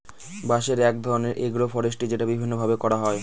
বাঁশের চাষ এক ধরনের এগ্রো ফরেষ্ট্রী যেটা বিভিন্ন ভাবে করা হয়